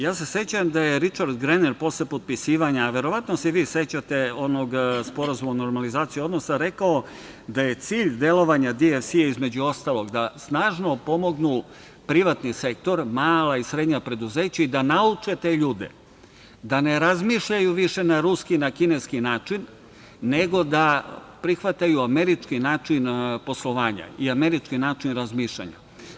Ja se sećam da je Ričard Grener posle potpisivanja, verovatno se i vi sećate onog Sporazuma o normalizaciji odnosa, rekao, da je cilj delovanja DFC između ostalog da snažno pomognu privatni sektor, mala i srednja preduzeća i da nauče te ljude, da ne razmišljaju više na ruski, na kineski način, nego da prihvataju američki način poslovanja i američki način razmišljanja.